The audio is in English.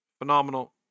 phenomenal